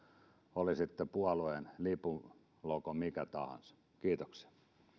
oli sitten puolueen lipun logo mikä tahansa kiitoksia